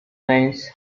reims